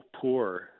poor